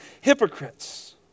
hypocrites